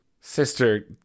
Sister